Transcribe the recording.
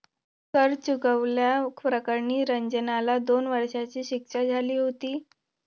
कर चुकवल्या प्रकरणी रंजनला दोन वर्षांची शिक्षा झाली होती